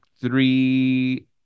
three